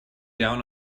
down